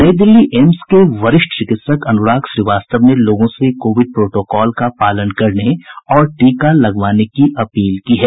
नई दिल्ली एम्स के वरिष्ठ चिकित्सक अनुराग श्रीवास्तव ने लोगों से कोविड प्रोटोकॉल का पालन करने और टीका लगवाने की अपील की है